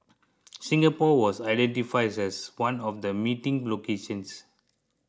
Singapore was identifies as one of the meeting locations